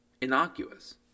innocuous